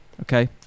okay